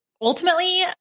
ultimately